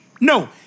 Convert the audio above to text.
No